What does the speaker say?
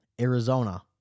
Arizona